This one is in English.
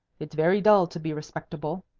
it's very dull to be respectable.